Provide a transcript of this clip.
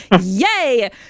Yay